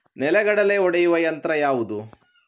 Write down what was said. ನೆಲಗಡಲೆ ಒಡೆಯುವ ಯಂತ್ರ ಯಾವುದು?